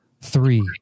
three